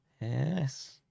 Yes